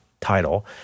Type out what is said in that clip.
title